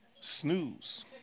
Snooze